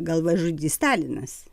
galvažudys stalinas